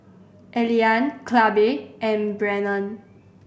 Elian Clabe and Brennon